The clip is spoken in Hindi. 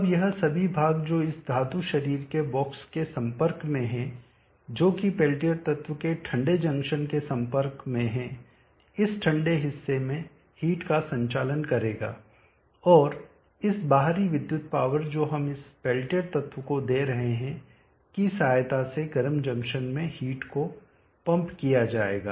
अब यह सभी भाग जो इस धातु शरीर के बॉक्स के संपर्क में है जो कि पेल्टियर तत्व के ठंडे जंक्शन के संपर्क में है इस ठंडे हिस्से में हीट का संचालन करेगा और इस बाहरी विद्युत पावर जो हम इस पेल्टियर तत्व को दे रहे हैं की सहायता से गर्म जंक्शन में हीट को पंप किया जाएगा